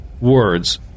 words